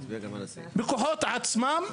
בכוחות עצמם,